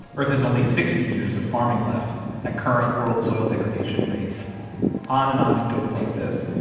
earth has only sixty years of farming left at current world soil degradation rates on and on it goes like this,